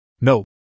No